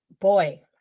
boy